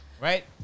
Right